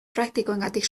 praktikoengatik